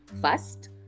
first